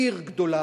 עיר גדולה,